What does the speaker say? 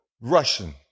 Russian